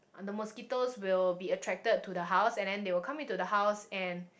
and the mosquitoes will be attracted to the house and then they will come into the house and